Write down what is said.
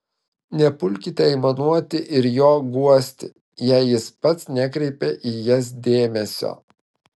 nepulkite aimanuoti ir jo guosti jei jis pats nekreipia į jas dėmesio